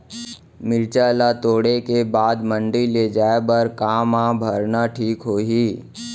मिरचा ला तोड़े के बाद मंडी ले जाए बर का मा भरना ठीक होही?